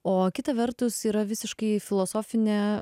o kita vertus yra visiškai filosofinė